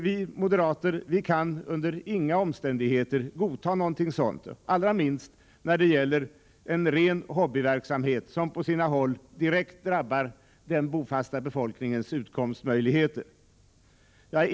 Vi moderater kan under inga omständigheter godta något sådant, allra minst när det gäller en ren hobbyverksamhet som på sina håll direkt drabbar den bofasta befolkningens utkomstmöjligheter.